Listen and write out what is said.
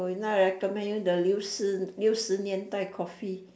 then now I recommend you the 六十六十年代 coffee